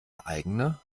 eigene